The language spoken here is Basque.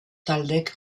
taldek